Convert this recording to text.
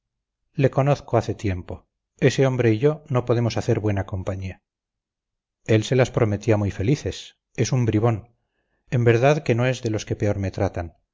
le conozco hace tiempo ese hombre y yo no podemos hacer buena compañía él se las prometía muy felices es un bribón en verdad que no es de los que peor me tratan